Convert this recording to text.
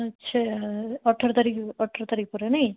ଆଚ୍ଛା ଅଠର ତାରିଖ ଅଠର ତାରିଖ ପରେ ନାହିଁ